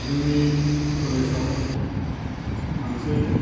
जोंनि कलेजाव मोनसे